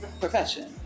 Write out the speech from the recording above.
profession